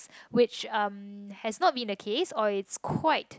which um has not in the case or is quite